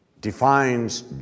defines